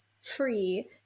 free